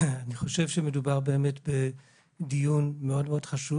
אני חושב שמדובר באמת בדיון מאוד חשוב.